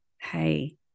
hey